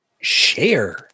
share